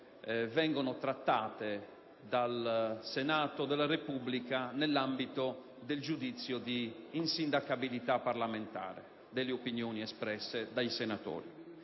vengono trattate dal Senato della Repubblica nell'ambito del giudizio di insindacabilità parlamentare delle opinioni espresse dai senatori.